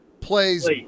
plays